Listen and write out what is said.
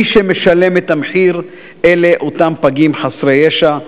מי שמשלם את המחיר אלה אותם פגים חסרי ישע,